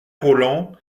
rolland